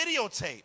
videotape